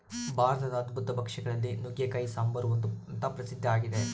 ಭಾರತದ ಅದ್ಭುತ ಭಕ್ಷ್ಯ ಗಳಲ್ಲಿ ನುಗ್ಗೆಕಾಯಿ ಸಾಂಬಾರು ಒಂದು ಅಂತ ಪ್ರಸಿದ್ಧ ಆಗಿದೆ